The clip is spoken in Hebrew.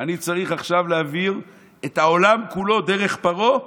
אני צריך עכשיו להעביר את העולם כולו דרך פרעה.